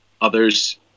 Others